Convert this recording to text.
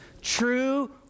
true